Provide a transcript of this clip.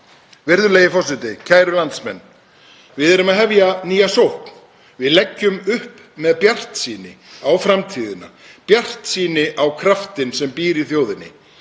Virðulegi forseti. Kæru landsmenn. Við erum að hefja nýja sókn. Við leggjum upp með bjartsýni á framtíðina, bjartsýni á kraftinn sem býr í þjóðinni.